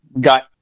got